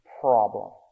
problem